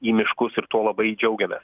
į miškus ir tuo labai džiaugiamės